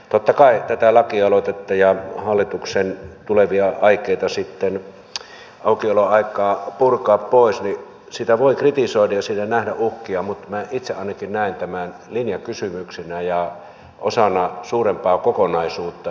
totta kai tätä lakialoitetta ja hallituksen tulevia aikeita sitten aukioloaikaa purkaa pois voi kritisoida ja siinä nähdä uhkia mutta minä itse ainakin näen tämän linjakysymyksenä ja osana suurempaa kokonaisuutta